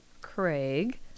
Craig